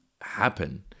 happen